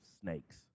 snakes